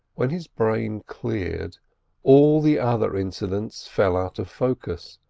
when his brain cleared all the other incidents fell out of focus,